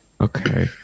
Okay